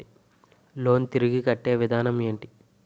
Loan తిరిగి కట్టే విధానం ఎంటి?